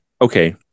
okay